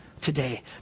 today